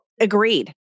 Agreed